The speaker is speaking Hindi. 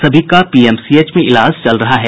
सभी का पीएमसीएच में इलाज चल रहा है